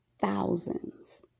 Thousands